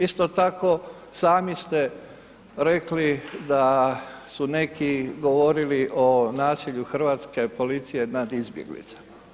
Isto tako, sami ste rekli da su neki govorili o nasilju hrvatske policije nad izbjeglicama.